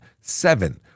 Seven